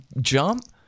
jump